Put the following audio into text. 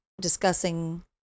discussing